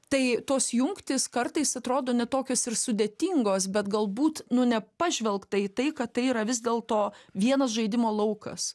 tai tos jungtys kartais atrodo ne tokios ir sudėtingos bet galbūt nu nepažvelgta į tai kad tai yra vis dėl to vienas žaidimo laukas